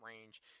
range